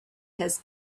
has